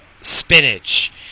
spinach